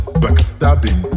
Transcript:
backstabbing